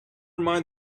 mind